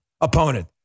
opponent